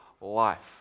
life